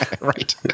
Right